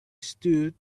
stood